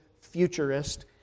futurist